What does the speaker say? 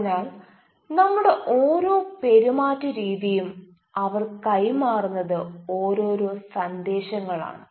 അതിനാൽ നമ്മുടെ ഓരോ പെരുമാറ്റ രീതിയും അവർ കൈമാറുന്നത് ഓരോരോ സന്ദേശങ്ങളാണ്